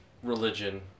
religion